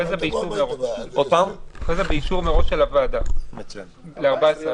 ואחרי זה, באישור מראש של הוועדה ל-14 ימים.